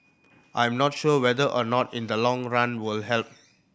I'm not sure whether or not in the long run will help